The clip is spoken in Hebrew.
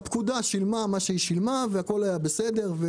והפקודה שילמה מה שהיא שילמה והכול היה בסדר.